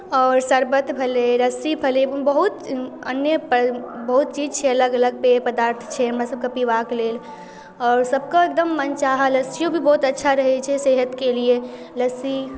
आओर शर्बत भेलै लस्सी भेलै बहुत अन्य प बहुत चीज छै अलग अलग पेय पदार्थ छै हमरासभके पीबाक लेल आओर सभके एकदम मनचाहा लस्सीओ भी बहुत अच्छा रहै छै सेहतके लिए लस्सी